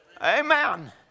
Amen